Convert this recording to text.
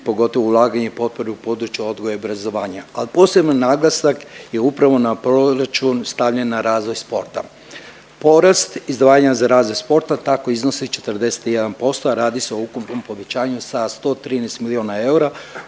pogotovo ulaganje i potpore u području odgoja i obrazovanja, a posebno naglasak je upravo na proračun stavljen na razvoj sporta. Porast izdvajanja za razvoj sporta tako iznosi 41%, a radi se o ukupnom povećanju sa 113 milijuna eura